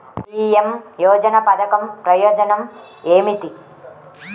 PM యోజన పధకం ప్రయోజనం ఏమితి?